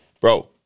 bro